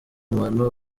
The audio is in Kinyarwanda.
umuntu